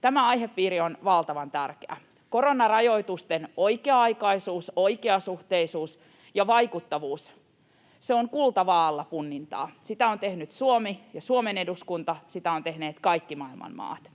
Tämä aihepiiri on valtavan tärkeä. Koronarajoitusten oikea-aikaisuus, oikeasuhteisuus ja vaikuttavuus ovat kultavaa’alla punnintaa. Sitä ovat tehneet Suomi ja Suomen eduskunta, sitä ovat tehneet kaikki maailman maat.